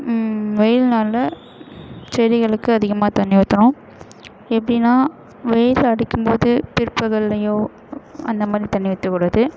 வெயில் நாளில் செடிகளுக்கு அதிகமாக தண்ணி ஊற்றணும் எப்படின்னால் வெயில் அடிக்கும்போது பிற்பகல்லயோ அந்தமாதிரி தண்ணி ஊற்றக்கூடாது